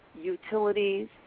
utilities